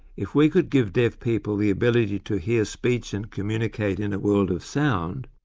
if we could give deaf people the ability to hear speech and communicate in a world of sound,